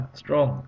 strong